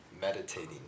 meditating